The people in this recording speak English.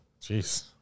Jeez